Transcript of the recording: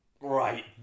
right